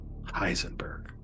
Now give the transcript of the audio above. Heisenberg